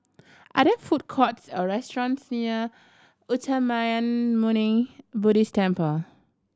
are there food courts or restaurants near Uttamayanmuni Buddhist Temple